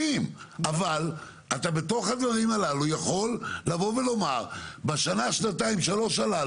אבל בתוך הדברים הללו אתה כן יכול לומר שבשנתיים שלוש הקרובות,